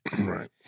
Right